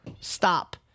stop